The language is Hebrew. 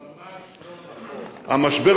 ממש לא נכון.